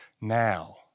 now